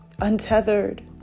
untethered